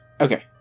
Okay